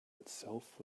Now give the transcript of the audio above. itself